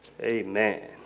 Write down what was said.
Amen